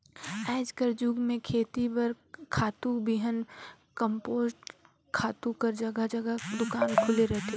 आएज कर जुग में खेती बर खातू, बीहन, कम्पोस्ट खातू कर जगहा जगहा दोकान खुले रहथे